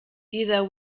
dieser